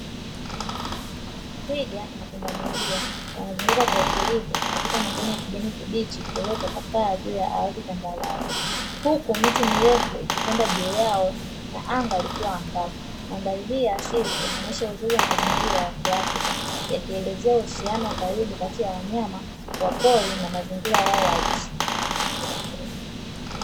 Twiga na pundamilia wanazunguka kwa utulivu katika majani ya kijani kibichi yaliyotapakaa juu ya ardhi tambarare huku miti mirefu ikitanda juu yao na anga likiwa angavu ikionesha uzuri wa asili na wa mazingira ya kiafrika inayoelezea uhusiano mzuri kati ya wanyama wa pori na mazingira yao halisi.